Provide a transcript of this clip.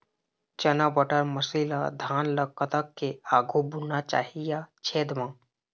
चना बटर मसरी ला धान ला कतक के आघु बुनना चाही या छेद मां?